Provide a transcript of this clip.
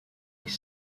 les